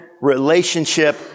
relationship